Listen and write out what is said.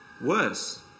worse